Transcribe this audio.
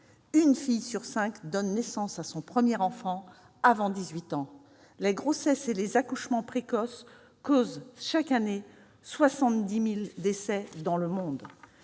Une fille sur cinq donne naissance à son premier enfant avant 18 ans. Les grossesses et les accouchements précoces causent chaque année 70 000 décès dans le monde.